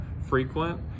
frequent